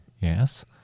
Yes